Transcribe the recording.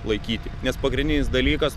laikyti nes pagrindinis dalykas